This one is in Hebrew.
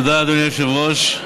אדוני היושב-ראש.